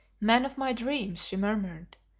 man of my dreams, she murmured,